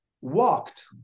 walked